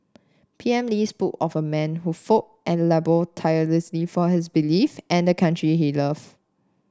P M Lee spoke of a man who fought and laboured tirelessly for his beliefs and the country he love